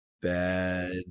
bad